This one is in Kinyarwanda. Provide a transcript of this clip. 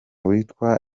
witwa